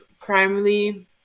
primarily